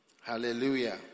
Hallelujah